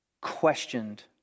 questioned